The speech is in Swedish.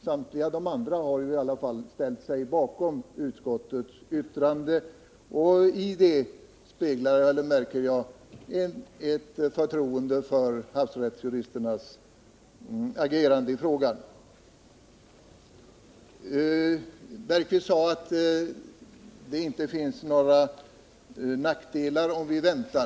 Samtliga övriga ledamöter har ju ställt sig bakom utskottsmajoritetens yttrande. I det förhållandet märker jag ett Jan Bergqvist sade att det inte innebär några nackdelar att vänta.